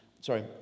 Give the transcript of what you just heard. sorry